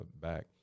back